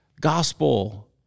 gospel